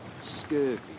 scurvy